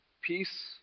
Peace